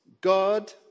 God